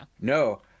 no